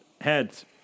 heads